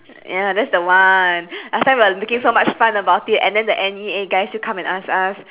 ya that's the one last time we're looking so much fun about it and then the N_E_A guy still come and ask us